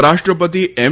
ઉપરાષ્ટ્રપતિ એમ